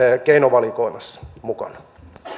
keinovalikoimassa mukana